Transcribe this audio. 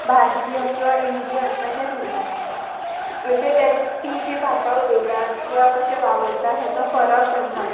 भारतीय किंवां इंडियन अशेंच म्हणटात म्हणजे तें ती जी भाशा उलयतात किंवां कशें वावरतात हेचो फरक पडना